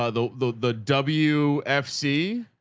ah the, the, the w fc.